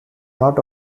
not